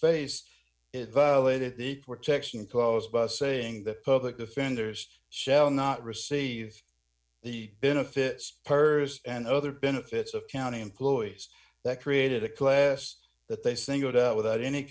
it violated the protection posed by saying that public defenders shall not receive the benefit spurs and other benefits of county employees that created a class that they singled out without any